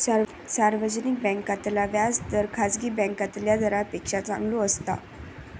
सार्वजनिक बॅन्कांतला व्याज दर खासगी बॅन्कातल्या दरांपेक्षा चांगलो असता